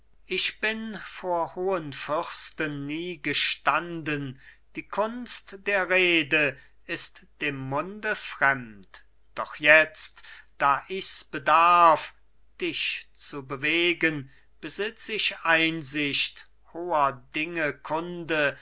ich bin vor hohen fürsten nie gestanden die kunst der rede ist dem munde fremd doch jetzt da ichs bedarf dich zu bewegen besitz ich einsicht hoher dinge kunde